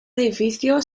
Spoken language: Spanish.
edificio